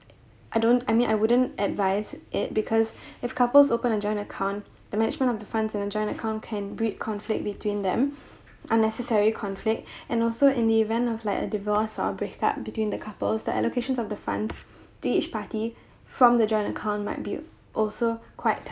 I don't I mean I wouldn't advise it because if couples opened a joint account the management of the funds in a joint account can breed conflict between them unnecessary conflict and also in the event of like a divorce or a break up between the couples the allocation of the funds to each party from the joint account might be also quite